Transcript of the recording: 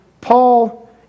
Paul